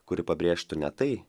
kuri pabrėžtų ne tai